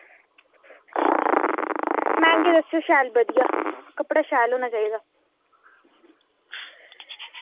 मैंह्गे दस्सेओ शैल बधिया कपड़ा शैल होना चाहिदा